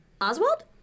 Oswald